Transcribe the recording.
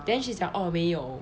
then she's like oh 没有